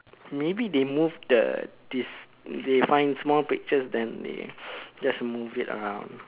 maybe they move the this they find small pictures then they just moved it around